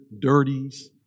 dirties